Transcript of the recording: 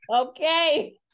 Okay